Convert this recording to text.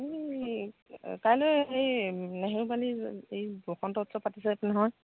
কাইলে হেৰি নেহেৰুবালিত এই বসন্ত উৎসৱ পাতিছে নহয়